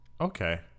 Okay